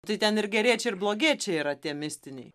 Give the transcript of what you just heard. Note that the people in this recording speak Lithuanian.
tai ten ir geriečiai ir blogiečiai yra tie mistiniai